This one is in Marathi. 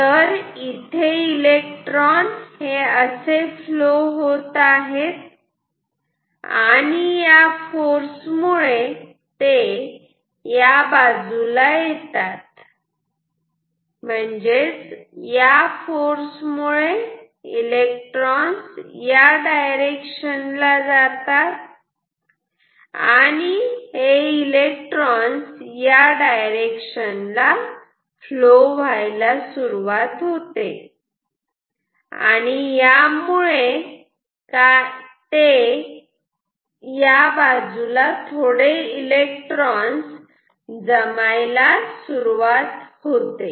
तर इथे इलेक्ट्रॉन हे असे फ्लो होत आहेत आणि या फोर्स मुळे ते या बाजूला येतात म्हणजे या फोर्स मुळे इलेक्ट्रॉन या डायरेक्शन ला जातात आणि इलेक्ट्रॉन या डायरेक्शन ला फ्लो व्हायला सुरुवात होते आणि यामुळे या बाजूला थोडे इलेक्ट्रॉन जमायला सुरुवात होते